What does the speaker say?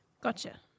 Gotcha